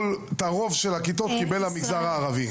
רוב הכיתות קיבל המגזר הערבי.